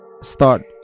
start